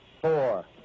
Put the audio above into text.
four